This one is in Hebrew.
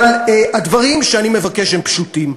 הדברים שאני מבקש הם פשוטים.